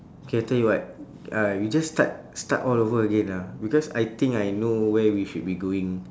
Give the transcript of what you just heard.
K I tell you what uh you just start start all over again ah because I think I know where we should be going